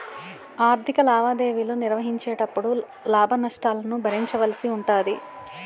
ఆర్ధిక లావాదేవీలు నిర్వహించేటపుడు లాభ నష్టాలను భరించవలసి ఉంటాది